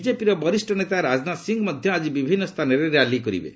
ବିଜେପିର ବରିଷ୍ଠ ନେତା ରାଜନାଥ ସିଂହ ମଧ୍ୟ ଆଜି ବିଭିନ୍ନ ସ୍ଥାନରେ ର୍ୟାଲି କରିବେ